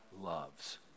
loves